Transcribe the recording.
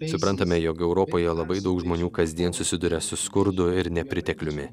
suprantame jog europoje labai daug žmonių kasdien susiduria su skurdu ir nepritekliumi